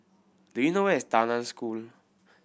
do you know where is Tao Nan School